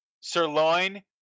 sirloin